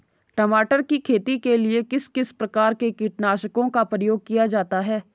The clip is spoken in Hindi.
टमाटर की खेती के लिए किस किस प्रकार के कीटनाशकों का प्रयोग किया जाता है?